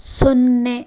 ಸೊನ್ನೆ